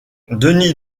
denis